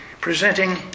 presenting